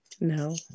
No